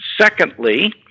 Secondly